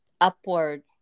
upward